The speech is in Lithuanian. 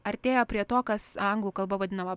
artėja prie to kas anglų kalba vadinama